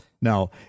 Now